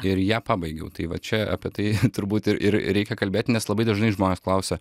ir ją pabaigiau tai va čia apie tai turbūt ir ir reikia kalbėti nes labai dažnai žmonės klausia